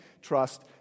trust